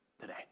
today